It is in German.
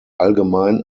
allgemein